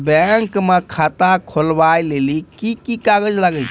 Bank म खाता खोलवाय लेली की की कागज लागै छै?